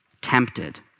tempted